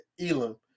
Elam